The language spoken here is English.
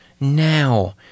now